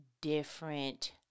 different